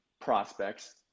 prospects